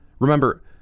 Remember